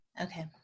Okay